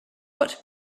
what